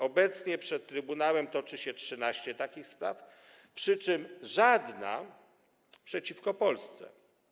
Obecnie przed Trybunałem toczy się 13 takich spraw, przy czym żadna przeciwko Polsce.